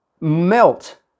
melt